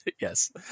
Yes